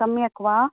सम्यक् वा